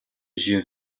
jeux